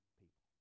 people